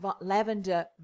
Lavender